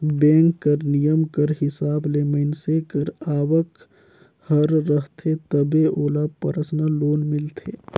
bank कर नियम कर हिसाब ले मइनसे कर आवक हर रहथे तबे ओला परसनल लोन मिलथे